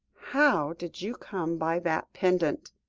how did you come by that pendant?